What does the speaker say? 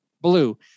blue